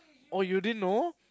oh you didn't know